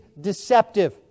deceptive